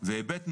היבט נוסף,